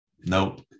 Nope